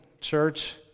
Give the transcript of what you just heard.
church